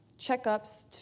checkups